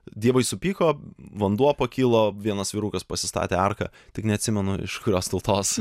dievai supyko vanduo pakilo vienas vyrukas pasistatė arką tik neatsimenu iš kurios tautos